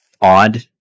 odd